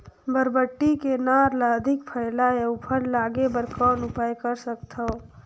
बरबट्टी के नार ल अधिक फैलाय अउ फल लागे बर कौन उपाय कर सकथव?